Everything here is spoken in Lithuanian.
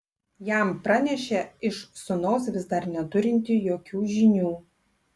jam pranešė iš sūnaus vis dar neturinti jokių žinių